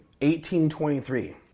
1823